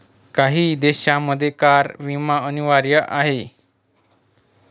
काही देशांमध्ये कार विमा अनिवार्य आहे